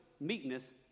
meekness